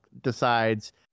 decides